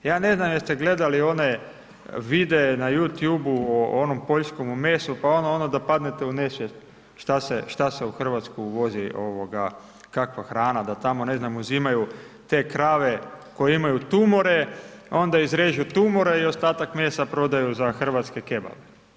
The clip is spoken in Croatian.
Ja ne znam jeste gledali one videe na Youtube-u o onome poljskomu mesu, pa ono da padnete u nesvijest što se u Hrvatsku uvozi, kakva hrana, da tamo, ne znam, uzimaju te krave koje imaju tumore, onda izrežu tumore i ostatak mesa prodaju za hrvatske kebabe.